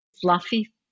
fluffy